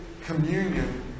communion